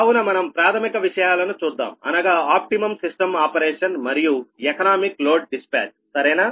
కావున మనం ప్రాథమిక విషయాలను చూద్దాం అనగా ఆప్టిమమ్ సిస్టం ఆపరేషన్ మరియు ఎకనామిక్ లోడ్ డిస్పాచ్ సరేనా